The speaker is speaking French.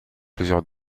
plusieurs